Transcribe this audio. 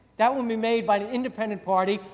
that will be made by an independent party,